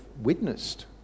witnessed